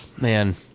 Man